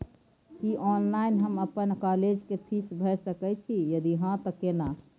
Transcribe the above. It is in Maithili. की ऑनलाइन हम अपन कॉलेज के फीस भैर सके छि यदि हाँ त केना?